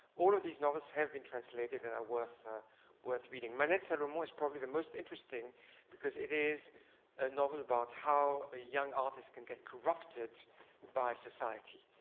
all of these novels have been translated and are worth worth reading. manette salomon is probably the most interesting because it is a novel about how a young artist can get corrupted by society.